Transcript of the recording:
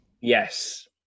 Yes